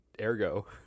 Ergo